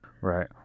right